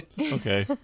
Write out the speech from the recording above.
Okay